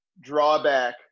drawback